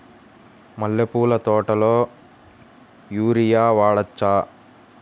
మల్లె పూల తోటలో యూరియా వాడవచ్చా?